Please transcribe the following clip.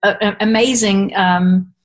amazing